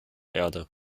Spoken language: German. erde